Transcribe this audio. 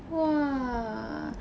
!wah!